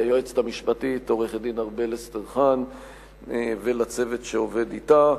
ליועצת המשפטית עורכת-הדין ארבל אסטרחן ולצוות שעובד אתה,